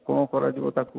କଣ କରାଯିବ ତାକୁ